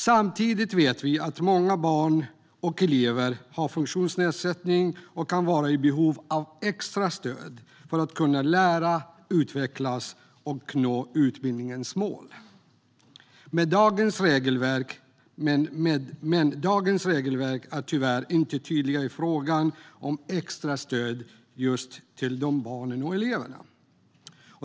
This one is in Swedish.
Samtidigt vet vi att många barn och elever har funktionsnedsättningar och kan vara i behov av extra stöd för att kunna lära, utvecklas och nå utbildningens mål. Men dagens regelverk är tyvärr inte tydliga i fråga om extra stöd till just dessa barn och elever.